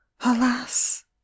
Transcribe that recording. Alas